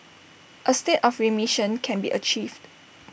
A state of remission can be achieved